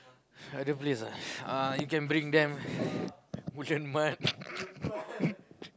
other place ah uh you can bring them Woodland-Mart